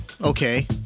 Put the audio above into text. okay